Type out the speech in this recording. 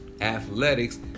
Athletics